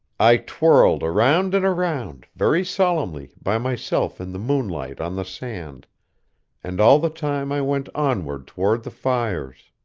i twirled around and around, very solemnly, by myself in the moonlight on the sand and all the time i went onward toward the fires.